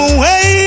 away